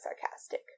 sarcastic